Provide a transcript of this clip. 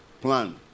Plan